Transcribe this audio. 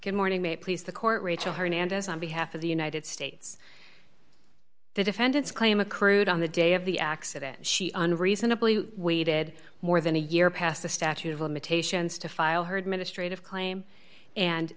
good morning may please the court rachel hernandez on behalf of the united states the defendant's claim accrued on the day of the accident she and reasonably waited more than a year passed a statute of limitations to file heard ministry of claim and